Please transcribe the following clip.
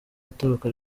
atoroka